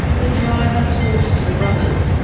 the driver talks to the brothers,